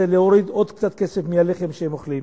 להוריד עוד קצת כסף מהלחם שהם אוכלים.